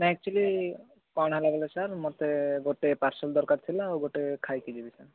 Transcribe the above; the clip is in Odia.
ନାଇଁ ଏକଚୌଲି କଣ ହେଲା ବୋଲେ ସାର୍ ମୋତେ ଗୋଟେ ପାର୍ସଲ୍ ଦରକାର ଥିଲା ଆଉ ଗୋଟେ ଖାଇକି ଯିବି ସାର୍